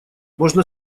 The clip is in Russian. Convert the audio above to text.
можно